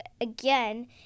again